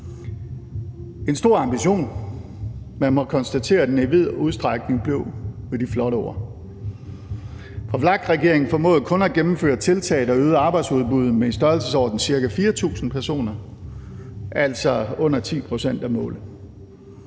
en stor ambition, og man må konstatere, at den i vid udstrækning blev ved de flotte ord. VLAK-regeringen formåede kun at gennemføre tiltag, der øgede arbejdsudbuddet med i størrelsesordenen ca. 4.000 personer, altså under 10 pct. af målet.